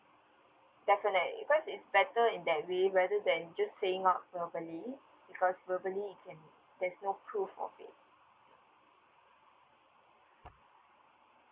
definitely cause it's better in that way rather than just saying out verbally because verbally it can there's no proof of it